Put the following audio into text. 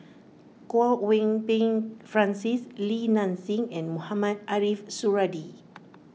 Kwok Peng Kin Francis Li Nanxing and Mohamed Ariff Suradi